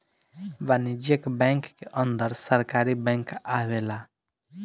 वाणिज्यिक बैंक के अंदर सरकारी बैंक आवेला